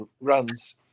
runs